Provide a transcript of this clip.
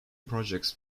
projects